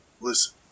Listen